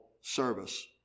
service